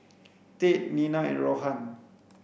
Tate Nina and Rohan